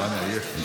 לא.